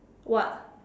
what